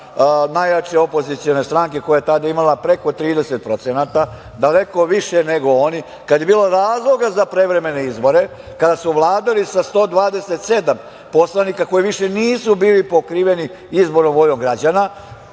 najjače opozicione stranke koja je tada imala preko 30%, daleko više nego oni, kada je bilo razloga za prevremene izbore, kada su vladali sa 127 poslanika koji više nisu bili pokriveni izbornom voljom građana,